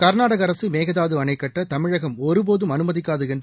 க்நாடக அரசு மேகதாது அணைக்கட்ட தமிழகம் ஒருபோதும் அனுமதிக்காது என்று